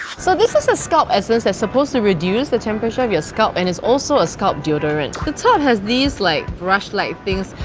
so this is a scalp essence that's supposed to reduce the temperature of your scalp and it's also a scalp deodorant. the top has these like brush like things.